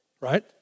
right